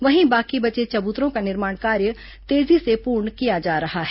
वहीं बाकी बचे चबूतरों का निर्माण कार्य तेजी से पूर्ण किया जा रहा है